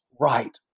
right